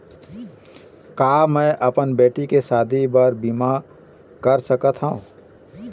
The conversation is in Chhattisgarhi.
का मैं अपन बेटी के शादी बर बीमा कर सकत हव?